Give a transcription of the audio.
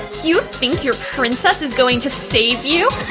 you think your princess is going to save you?